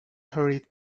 hurried